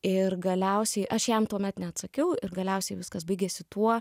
ir galiausiai aš jam tuomet neatsakiau ir galiausiai viskas baigėsi tuo